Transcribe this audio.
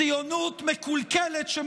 ציונות מקולקלת, תודה רבה.